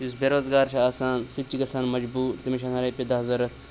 یُس بےٚ روزگار چھُ آسان سُہ تہِ چھُ گژھان مجبوٗر تٔمِس چھِ آسان رۄپیہِ دَہ ضوٚرَتھ